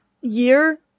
year